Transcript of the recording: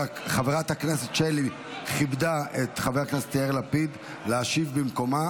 שחברת הכנסת שלי כיבדה את חבר הכנסת לפיד להשיב במקומה,